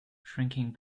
shrinking